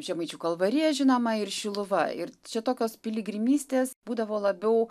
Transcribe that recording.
žemaičių kalvarija žinoma ir šiluva ir čia tokios piligrimystės būdavo labiau